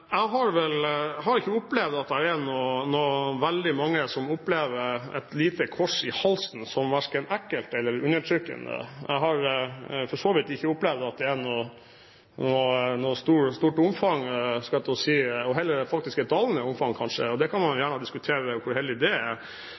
Jeg har ikke opplevd at det er så veldig mange som opplever et lite kors i halsen som verken ekkelt eller undertrykkende. Jeg har for så vidt ikke opplevd at dette har noe stort omfang – det er heller en bruk som er i dalende omfang, kanskje, og man kan gjerne diskutere hvor heldig dét er. Jeg mener at det er